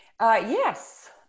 Yes